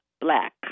black